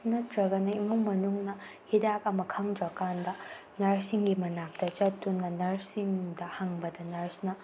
ꯅꯠꯇ꯭ꯔꯒꯅ ꯏꯃꯨꯡ ꯃꯅꯨꯡꯅ ꯍꯤꯗꯥꯛ ꯑꯃ ꯈꯪꯗ꯭ꯔꯀꯥꯟꯗ ꯅꯔꯁꯁꯤꯡꯒꯤ ꯃꯅꯥꯛꯇ ꯆꯠꯇꯨꯅ ꯅꯔꯁꯁꯤꯡꯗ ꯍꯪꯕꯗ ꯅꯔꯁꯅ